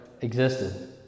existed